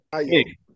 Hey